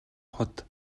хот